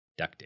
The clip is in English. ducting